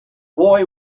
boy